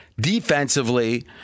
Defensively